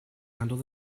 handle